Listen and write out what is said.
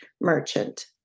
merchant